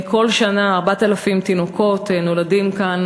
כל שנה נולדים כאן